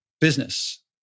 business